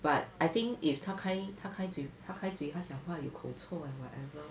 but I think if 他开他开嘴他开嘴他讲话有口臭 and whatever